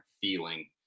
feeling